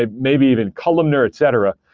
ah maybe even columnar, etc.